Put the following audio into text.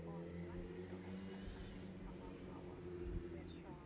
imagine you know